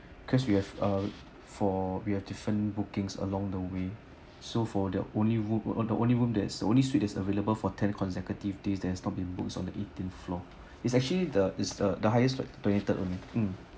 cause we have uh for we have different bookings along the way so for the only room the only room that is the only suite is available for ten consecutive days that is not being booked is on the eighteen floor it's actually the is the the highest like twenty third only mm